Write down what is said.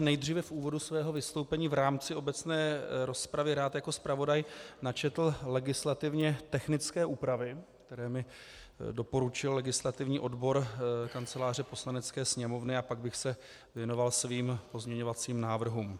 Nejdříve bych v úvodu svého vystoupení v rámci obecné rozpravy rád jako zpravodaj načetl legislativně technické úpravy, které mi doporučil legislativní odbor Kanceláře Poslanecké sněmovny, a pak bych se věnoval svým pozměňovacím návrhům.